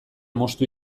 moztu